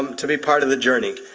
um to be part of the journey.